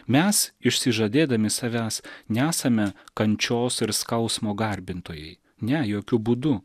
mes išsižadėdami savęs nesame kančios ir skausmo garbintojai ne jokiu būdu